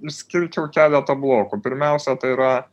išskirčiau keletą blokų pirmiausia tai yra